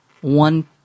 one